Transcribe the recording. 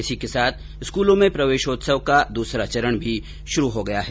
इसी के साथ स्कूलों में प्रवेशोत्सव का दूसरा चरण भी शुरू हो गया है